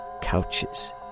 couches